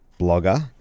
blogger